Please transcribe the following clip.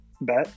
bet